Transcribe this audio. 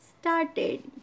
started